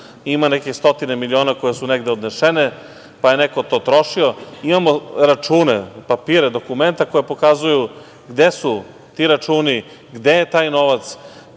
ima neke stotine miliona koji su negde odneseni, pa je neko to trošio. Imamo račune, papire, dokumenta koja pokazuju gde su ti računi, gde je taj novac.